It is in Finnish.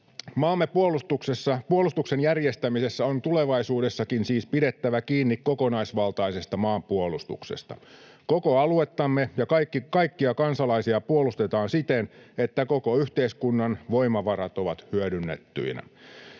Maamme puolustuksen järjestämisessä on tulevaisuudessakin siis pidettävä kiinni kokonaisvaltaisesta maanpuolustuksesta. Koko aluettamme ja kaikkia kansalaisia puolustetaan siten, että koko yhteiskunnan voimavarat ovat hyödynnettyinä.